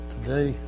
Today